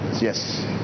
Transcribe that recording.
Yes